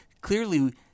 Clearly